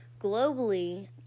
globally